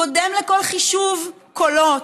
קודם לכל חישוב קולות.